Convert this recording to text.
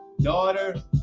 daughter